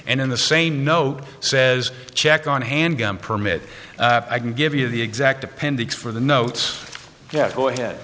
and in the same note says check on handgun permit i can give you the exact appendix for the notes yes go ahead